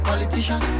Politician